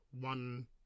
one